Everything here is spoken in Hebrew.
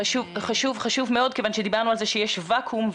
חשוב מאוד, כיוון שדיברנו על זה שיש ואקום.